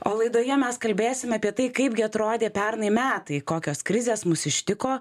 o laidoje mes kalbėsim apie tai kaipgi atrodė pernai metai kokios krizės mus ištiko